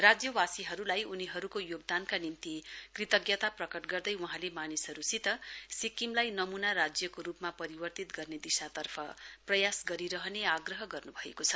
राज्यवासीहरूलाई उनीहरूको योगदानका निम्ति कृतज्ञता प्रकट गर्दै वहाँले मानिसहरूसित सिक्किमलाई नमूना राज्यको रूपमा परिवर्तित गर्ने दिशातर्फ प्रयास गरिरहने आग्रह गर्नुभएको छ